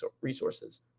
resources